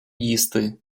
їсти